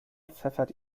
pfeffert